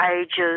ages